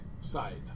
side